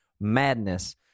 madness